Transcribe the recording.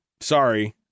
sorry